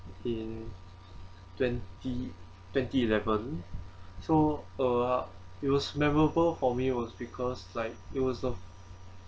in twenty twenty eleven so uh it was memorable for me was because like it was the